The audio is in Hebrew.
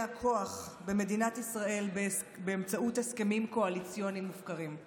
הכוח במדינת ישראל באמצעות הסכמים קואליציוניים מופקרים.